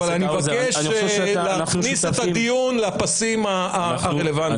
אבל אני מבקש להכניס את הדיון לפסים הרלוונטיים.